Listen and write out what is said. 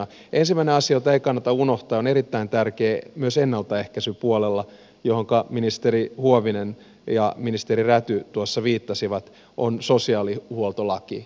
ensimmäinen asia jota ei kannata unohtaa ja joka on erittäin tärkeä myös ennaltaehkäisypuolella ja johonka ministeri huovinen ja ministeri räty tuossa viittasivat on sosiaalihuoltolaki